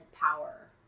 power